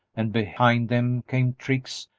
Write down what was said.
and behind them came trix,